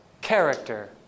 character